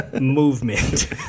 movement